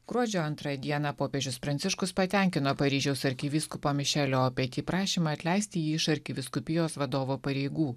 gruodžio antrąją dieną popiežius pranciškus patenkino paryžiaus arkivyskupo mišelio opety prašymą atleisti jį iš arkivyskupijos vadovo pareigų